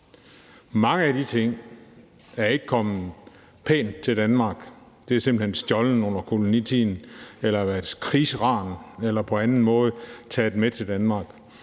Mange af de ting er ikke kommet pænt til Danmark. De er simpelt hen blevet stjålet under kolonitiden, har været krigsran eller er på anden måde blevet taget med til Danmark,